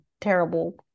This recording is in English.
terrible